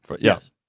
Yes